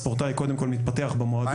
הספורטאי קודם כל מתפתח במועדון.